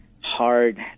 hard